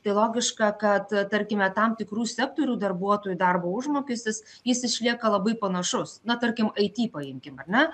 tai logiška kad tarkime tam tikrų sektorių darbuotojų darbo užmokestis jis išlieka labai panašus na tarkim ai ty paimkim ar ne